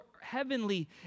heavenly